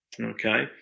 Okay